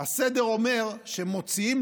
הסדר אומר שמוציאים,